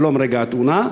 ולא מרגע התאונה.